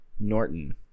Norton